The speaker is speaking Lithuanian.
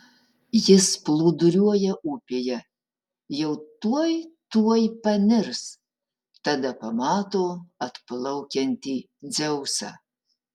jis plūduriuoja upėje jau tuoj tuoj panirs tada pamato atplaukiantį dzeusą